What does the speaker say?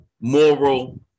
moral